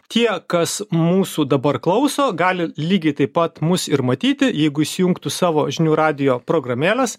tie kas mūsų dabar klauso gali lygiai taip pat mus ir matyti jeigu įsijungtų savo žinių radijo programėles